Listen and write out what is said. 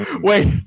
Wait